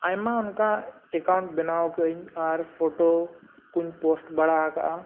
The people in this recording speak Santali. ᱟᱭᱢᱟ ᱚᱱᱠᱟ ᱮᱠᱟᱣᱩᱱᱴ ᱵᱮᱱᱟᱣ ᱟᱠᱟᱫ ᱟᱹᱧ ᱟᱨ ᱯᱷᱚᱴᱳ ᱠᱚᱧ ᱯᱳᱥᱴ ᱵᱟᱲᱟ ᱟᱠᱟᱫᱼᱟ